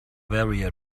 very